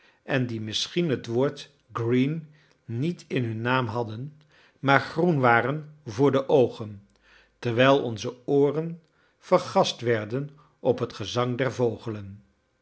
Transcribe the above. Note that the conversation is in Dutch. en die misschien het woord green niet in hun naam hadden maar groen waren voor de oogen terwijl onze ooren vergast werden op het gezang